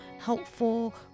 helpful